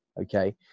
Okay